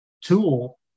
tool